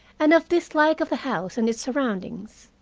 and of dislike of the house and its surroundings.